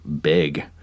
big